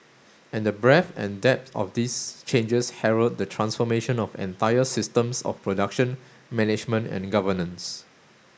and the breadth and depth of these changes herald the transformation of entire systems of production management and governance